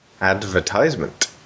Advertisement